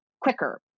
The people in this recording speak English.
quicker